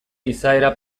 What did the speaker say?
izaera